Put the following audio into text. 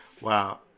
wow